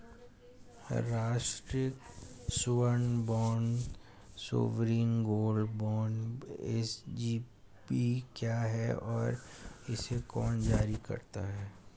राष्ट्रिक स्वर्ण bond sovereign gold bond SGB क्या है और इसे कौन जारी करता है?